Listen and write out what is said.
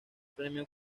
premio